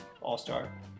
all-star